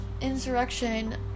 Insurrection